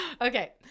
Okay